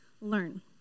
learn